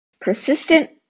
Persistent